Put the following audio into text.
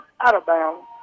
out-of-bounds